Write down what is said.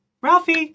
Ralphie